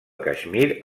caixmir